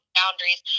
boundaries